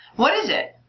what is it?